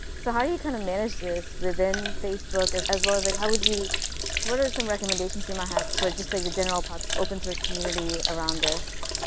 so how do you kind of manage this within facebook, as as well as like how would you what are some recommendations you might have for just like the general open-source community around this?